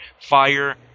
Fire